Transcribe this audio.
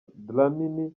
dlamini